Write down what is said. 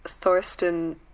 Thorsten